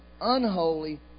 unholy